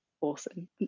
awesome